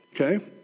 Okay